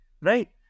right